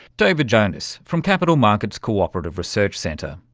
david jonas from capital markets cooperative research centre.